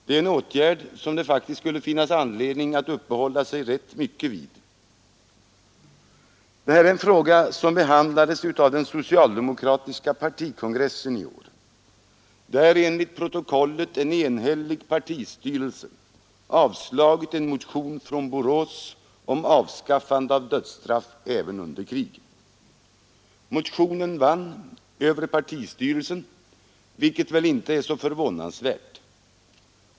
Det är en åtgärd, som det skulle finnas anledning att ägna rätt mycket tid åt. Denna fråga behandlades av den socialdemokratiska partikongressen i år, där enligt protokollet en enhällig partistyrelse avstyrkt en motion från Borås om avskaffande av dödsstraff även under krig. Motionen vann över partistyrelsen, vilket inte är så förvånansvärt.